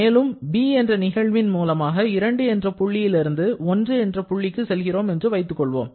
மேலும் 'b' என்ற நிகழ்வின் மூலமாக 2 என்ற புள்ளியில் இருந்து 1 என்ற புள்ளிக்கு செல்கிறோம் என்றும் வைத்துக் கொள்வோம்